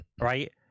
right